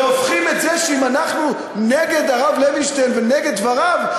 והופכים את זה שאם אנחנו נגד הרב לוינשטיין ונגד דבריו,